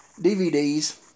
DVDs